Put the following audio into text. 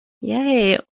Yay